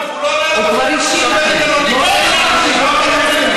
מותר לי לפנות לשר.